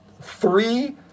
three